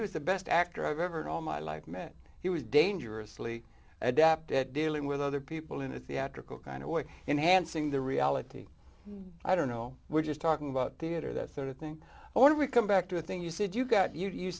he was the best actor i've ever had all my life met he was dangerously adept at dealing with other people in a theatrical kind of way in hansing the reality i don't know we're just talking about theater that sort of thing or we come back to the thing you said you got you